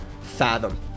Fathom